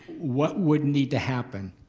what would need to happen.